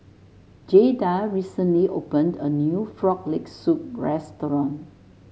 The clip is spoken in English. Jaeda recently opened a new Frog Leg Soup restaurant